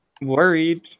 worried